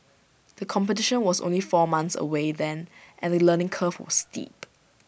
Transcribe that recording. the competition was only four months away then and the learning curve was steep